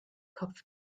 kopf